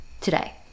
today